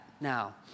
now